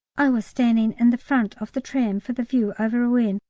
i was standing in the front of the tram for the view over rouen,